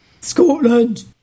Scotland